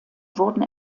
wurden